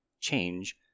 change